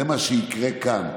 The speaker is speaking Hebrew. זה מה שיקרה כאן.